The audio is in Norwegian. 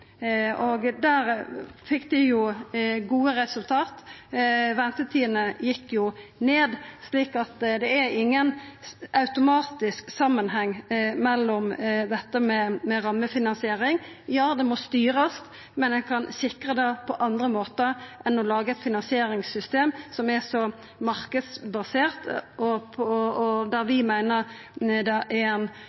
Der fekk dei gode resultat, ventetidene gjekk ned, så det har ingen automatisk samanheng med rammefinansiering. Ja, det må styrast, men ein kan sikra det på andre måtar enn ved å laga eit finansieringssystem som er så marknadsbasert, og der vi meiner det er